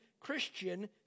Christian